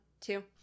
two